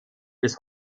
bis